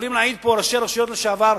יכולים להעיד פה ראשי רשויות לשעבר,